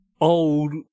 old